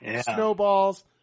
snowballs